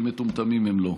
ומטומטמים הם לא.